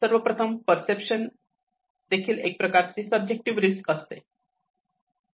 सर्वप्रथम पर्सेप्शन देखील एक प्रकारची सब्जेक्टिव रिस्क असते